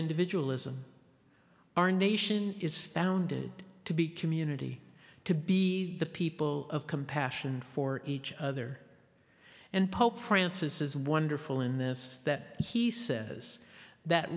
individual ism our nation is founded to be community to be the people of compassion for each other and pope francis is wonderful in this that he says that